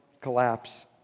collapse